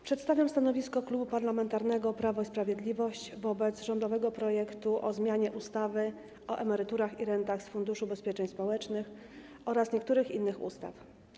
Przedstawiam stanowisko Klubu Parlamentarnego Prawo i Sprawiedliwość wobec rządowego projektu ustawy o zmianie ustawy o emeryturach i rentach z Funduszu Ubezpieczeń Społecznych oraz niektórych innych ustaw.